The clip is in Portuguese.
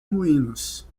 ruínas